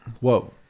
Whoa